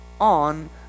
on